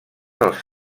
dels